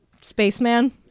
spaceman